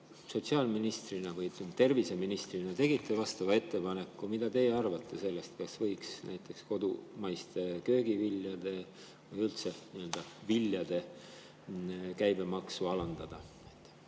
vähendanud. Kas teie terviseministrina tegite nüüd vastava ettepaneku? Mida teie arvate sellest, kas võiks näiteks kodumaiste köögiviljade või üldse viljade käibemaksu alandada?